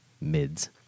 mids